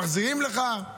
מחזירים לך,